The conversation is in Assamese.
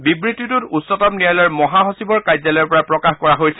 বিবৃতিটো উচ্চতম ন্যায়ালয়ৰ মহাসচিবৰ কাৰ্যালয়ৰ পৰা প্ৰকাশ কৰা হৈছে